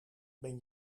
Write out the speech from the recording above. ben